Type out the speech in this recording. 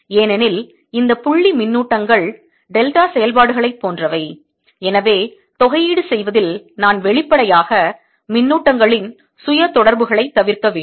ஏனெனில் இந்த புள்ளி மின்னூட்டங்கள் டெல்டா செயல்பாடுகளைப் போன்றவை எனவே தொகையீடு செய்வதில் நான் வெளிப்படையாக மின்னூட்டங்களின் சுய தொடர்புகளைத் தவிர்க்க வேண்டும்